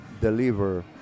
deliver